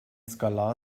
skalar